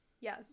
Yes